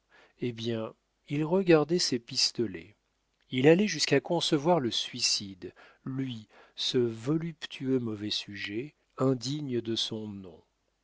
eh bien il regardait ses pistolets il allait jusqu'à concevoir le suicide lui ce voluptueux mauvais sujet indigne de son nom